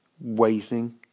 waiting